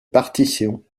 partition